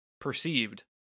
perceived